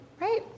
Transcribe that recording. right